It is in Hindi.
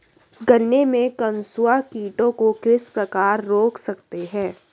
गन्ने में कंसुआ कीटों को किस प्रकार रोक सकते हैं?